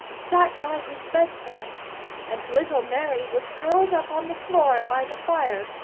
sat by his bedside and little mary was curled up on the floor by the fire,